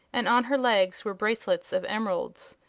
and on her legs were bracelets of emeralds.